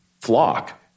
flock